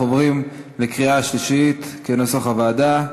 אנחנו עוברים לקריאה שלישית, כנוסח הוועדה.